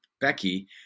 Becky